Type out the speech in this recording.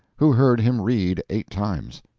who heard him read eight times.